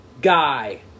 Guy